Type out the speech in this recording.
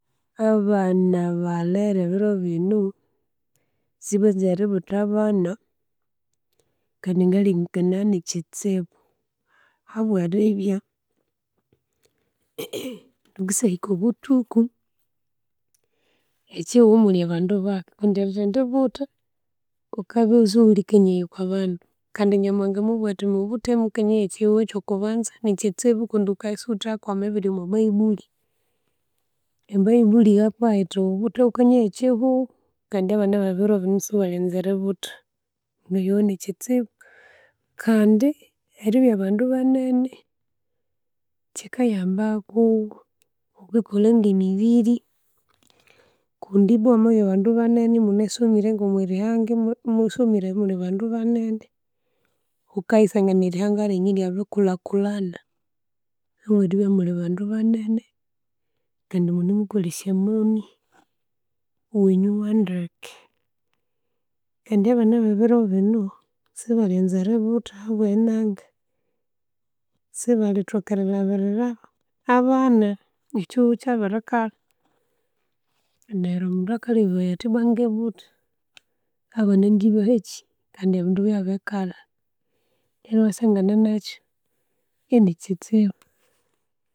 Abaana abalhere ebiiro bino sibanzire eributha abaana kandi ngalengekenaya nikitsibu habweribya hakisahika obuthuku ekihugho imuli baandu bake nkundi twamatendi butha ghukabya esighuli kanyaya okwabandu kandi Nyamuhanga mwabugha ati mubuute mukanyaye ekihughu ekyokubanza nikitsibu kundi ghukabya esighuthakwama ebiiri omwa bayibuli. E'bayibuli yeka kubwiri yithi ghubuthe ghukanyaye ekihugho kandi abaana bebiiro biino sibalyanza eributha neryo nikitsibu. Kandi eribya abandu banene kikayambuku okwikola nge'emibiri kundi ibwa mwamwabya bandu banene imunasomire ngo'mworihanga imusomire imulhi bandu baneene ghukayisangana erihanga lyenyu iryabiri kulhakulhana habweribya imuuli baandu baneene kandi munemukolesya amaani wenyu wandeeke. Indi abaana bebiro biino sibalyanza eributha habwe nanga sibalithoka erilabirira abaana ekyihughu kyabirikala neryu omundu akalebya athi ibwa ngibutha abaana ngibaha kii kandi ebindu byabikalha, iwasangana nakyu ini kitsibu.